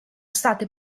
state